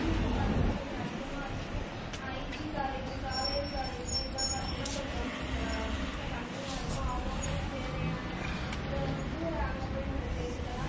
fees பார்த்தீங்கனா கொஞ்ச அதிகமாருக்கும் ஐஜி காலேஜி காவேரி காலேஜிலாம் இதெல்லாம் பார்த்தீங்கனா கொஞ்ச பீஸ் கம்மியாருக்கும் அவங்கவுங்களுக்கு தேவையான இதை வந்து அங்கே போயி நம்ம சேர்த்துக்கலாம்